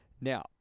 Now